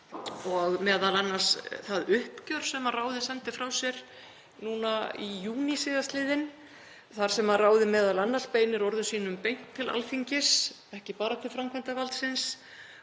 og m.a. það uppgjör sem ráðið sendi frá sér núna í júní síðastliðnum þar sem ráðið m.a. beinir orðum sínum beint til Alþingis, ekki bara til framkvæmdarvaldsins,